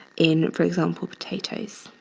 in, for example, potatoes.